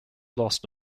lost